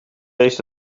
leest